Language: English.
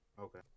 Okay